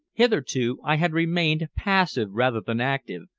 hitherto i had remained passive rather than active,